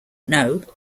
know